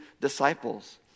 disciples